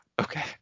Okay